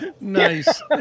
nice